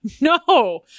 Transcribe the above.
No